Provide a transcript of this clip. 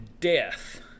death